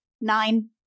Nine